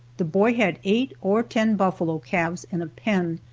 the boy had eight or ten buffalo calves in a pen,